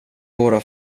våra